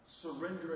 surrendering